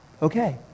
Okay